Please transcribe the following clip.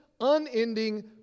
unending